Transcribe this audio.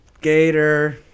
gator